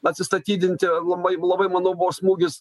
atsistatydinti labai labai manau buvo smūgis